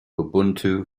ubuntu